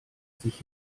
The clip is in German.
sich